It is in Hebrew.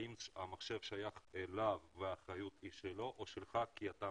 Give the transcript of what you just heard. האם המחשב שייך לו והאחריות היא שלו או שלך כי אתה